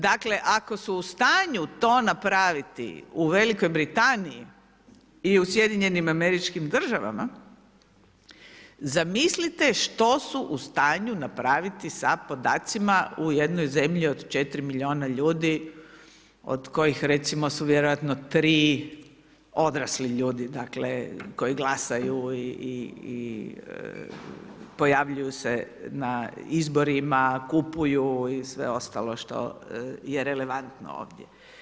Dakle, ako su u stanju tu napraviti u Velikoj Britaniji i u SAD-u, zamislite što su u stanju napraviti sa podacima u jednoj zemlji od 4 milijuna ljudi, od kojih recimo su vjerojatno 3 odrasli ljudi, dakle, koji glasaju i pojavljuju se na izborima, kupuju i sve ostalo što je relevantno ovdje.